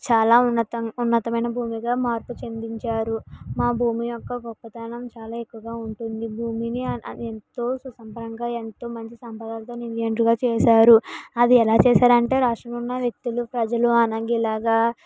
చాలా ఉన్నత ఉన్నతమైన భూమిగా మార్పు చెందించారు మా భూమి యొక్క గొప్పతనం చాలా ఎక్కువగా ఉంటుంది భూమిని అది ఎంతో సుసంపన్నంగా ఎంతో మంచి సాంప్రదాయంగా ఎంపిక చేశారు అది ఎలా చేశారంటే రాష్ట్రంలో ఉన్న వ్యక్తులు కలిసి ప్రజలు అణంగిలాగా